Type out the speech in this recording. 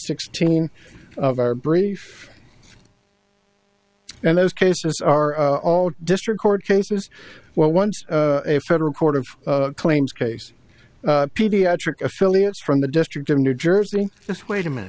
sixteen of our brief and those cases are all district court cases where once a federal court of claims case paediatric affiliates from the district of new jersey this wait a minute